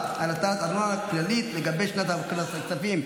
אין מתנגדים.